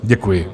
Děkuji.